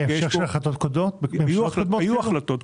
היא המשך של החלטות קודמות של ממשלות קודמות?